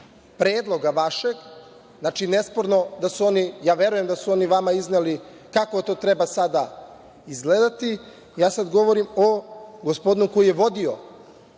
predloga vašeg, znači, nesporno je, verujem da su oni vama izneli kako to treba sada da izgleda. Ja sad govorim o gospodinu koji je vodio,